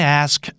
ask